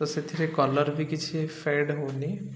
ତ ସେଥିରେ କଲର୍ବି କିଛି ଫେଡ଼୍ ହଉନି